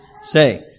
say